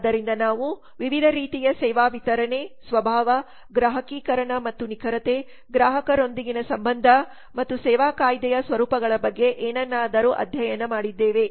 ಆದ್ದರಿಂದ ನಾವು ವಿವಿಧ ರೀತಿಯ ಸೇವಾ ವಿತರಣೆ ಸ್ವಭಾವ ಗ್ರಾಹಕೀಕರಣ ಮತ್ತು ನಿಖರತೆ ಗ್ರಾಹಕರೊಂದಿಗಿನ ಸಂಬಂಧ ಮತ್ತು ಸೇವಾ ಕಾಯ್ದೆಯ ಸ್ವರೂಪಗಳ ಬಗ್ಗೆ ಏನನ್ನಾದರೂ ಅಧ್ಯಯನ ಮಾಡಿದ್ದೇವೆ